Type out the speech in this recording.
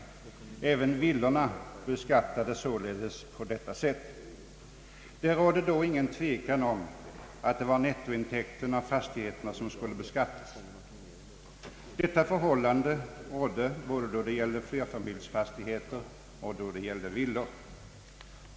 Även villorna beskattades således på detta sätt. Det rådde då ingen tvekan om att det var nettointäkten av fastigheten som skulle beskattas. Detta förhållande gällde både flerfamiljsfastigheter och villor.